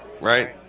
right